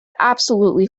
absolutely